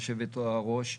היושבת-ראש,